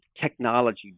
technology